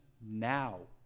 now